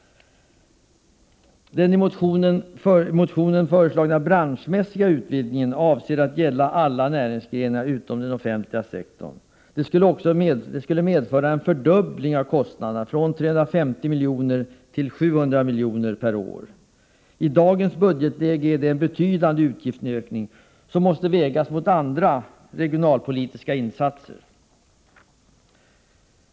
Den i motionen föreslagna branschmässiga utvidgningen som avser att gälla alla näringsgrenar utom den offentliga sektorn skulle medföra en fördubbling av kostnaderna från ca 350 milj.kr. till ca 700 milj.kr. per år. I dagens budgetläge är det en betydande utgiftsökning som måste vägas mot andra regionalpolitiska insatser.